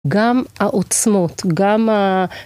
גם העוצמות, גם ה...